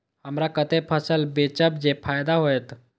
हमरा कते फसल बेचब जे फायदा होयत?